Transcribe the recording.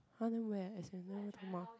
!huh! then where as in where you want go tomorrow